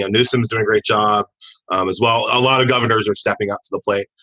ah newsome's do a great job um as well. a lot of governors are stepping up to the plate.